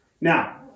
Now